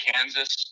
Kansas